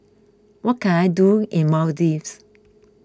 what can I do in Maldives